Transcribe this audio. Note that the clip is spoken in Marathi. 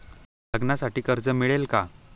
लग्नासाठी कर्ज मिळेल का?